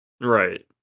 Right